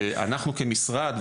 ואנחנו כמשרד,